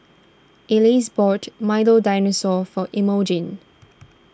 Else bought Milo Dinosaur for Emogene